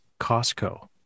Costco